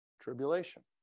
tribulation